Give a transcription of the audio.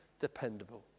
Dependable